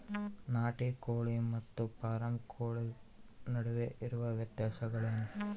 ನಾಟಿ ಕೋಳಿ ಮತ್ತು ಫಾರಂ ಕೋಳಿ ನಡುವೆ ಇರುವ ವ್ಯತ್ಯಾಸಗಳೇನು?